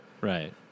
right